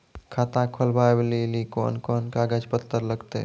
खाता खोलबाबय लेली कोंन कोंन कागज पत्तर लगतै?